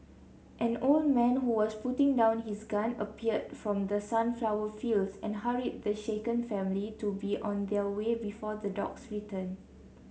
an old man who was putting down his gun appeared from the sunflower fields and hurried the shaken family to be on their way before the dogs return